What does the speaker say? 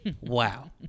Wow